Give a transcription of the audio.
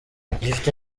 gifite